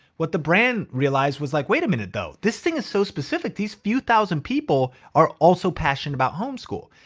what the brand realized was like, wait a minute though, this thing is so specific. these few thousand people are all so passionate about homeschool.